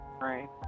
Right